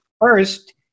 First